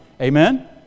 Amen